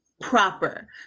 proper